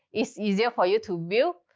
is easier for you to view,